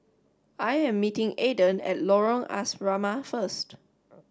I am meeting Aaden at Lorong Asrama first